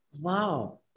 Wow